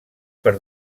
per